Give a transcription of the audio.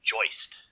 Joist